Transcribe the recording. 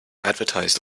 advertised